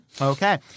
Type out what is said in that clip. Okay